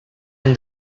and